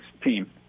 team